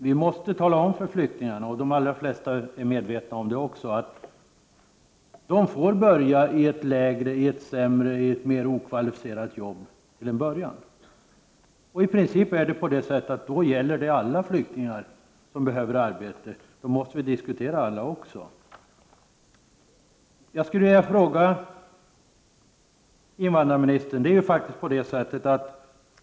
Vi måste tala om för flyktingarna — de allra flesta är också medvetna om detta — att de får börja i ett sämre, mer okvalificerat jobb. I princip gäller det alla flyktingar som behöver arbete, och då måste vi också diskutera alla. Jag skulle vilja ställa en fråga till invandrarministern.